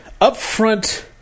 upfront